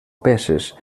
peces